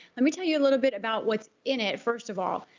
let me tell you a little bit about what's in it, first of all.